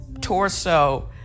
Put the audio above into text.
torso